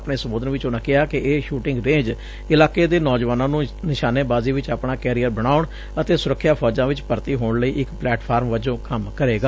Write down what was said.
ਆਪਣੇ ਸੰਬੋਧਨ ਵਿਚ ਉਨਾਂ ਕਿਹਾ ਕਿ ਇਹ ਸੂਟਿੰਗ ਰੇਂਜ ਇਲਾਕੇ ਦੇ ਨੌਜੁਆਨਾਂ ਨੂੰ ਨਿਸ਼ਾਨੇਬਾਜ਼ੀ ਵਿਚ ਆਪਣਾ ਕੈਰੀਅਰ ਬਣਾਉਣ ਅਤੇ ਸੁਰੱਖਿਆ ਫੌਜਾਂ ਵਿਚ ਭਰਤੀ ਹੋਣ ਲਈ ਇਕ ਪਲੇਟਫਾਰਮ ਵਜੋਂ ਕੰਮ ਕਰੇਗਾ